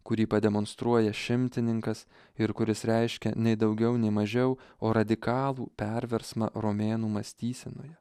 kurį pademonstruoja šimtininkas ir kuris reiškia nei daugiau nei mažiau o radikalų perversmą romėnų mąstysenoje